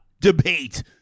debate